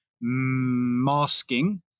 masking